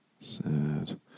sad